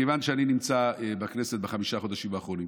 מכיוון שאני נמצא בכנסת בחמשת החודשים האחרונים